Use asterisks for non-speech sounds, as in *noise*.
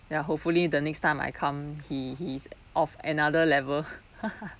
ya hopefully the next time I come he he's of another level *laughs*